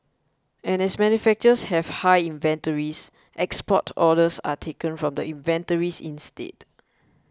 and as manufacturers have high inventories export orders are taken from the inventories instead